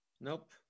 nope